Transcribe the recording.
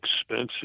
expensive